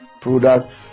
Products